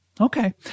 Okay